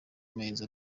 mezi